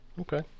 Okay